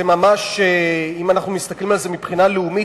אם אנחנו מסתכלים על זה מבחינה לאומית,